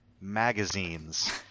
magazines